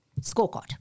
scorecard